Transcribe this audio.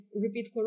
repeat